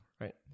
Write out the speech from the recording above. right